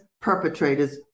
perpetrators